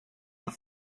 but